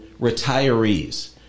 retirees